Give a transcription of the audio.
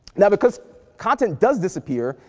now because content does disappear,